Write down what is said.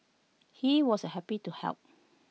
he was happy to help